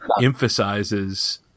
emphasizes